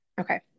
Okay